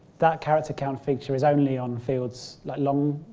that character count feature is only on fields like long.